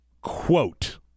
Quote